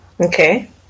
Okay